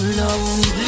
lonely